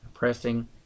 Pressing